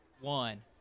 one